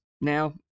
now